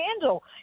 handle